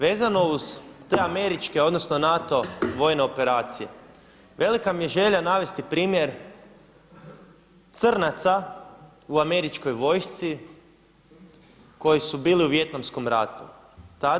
Vezano uz te američke odnosno NATO vojne operacije, velika mi je želja navesti primjer crnaca u američkoj vojsci koji su bili u Vijetnamskom ratu.